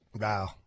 Wow